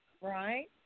Right